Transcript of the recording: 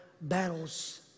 battles